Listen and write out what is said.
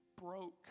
broke